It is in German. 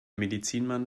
medizinmann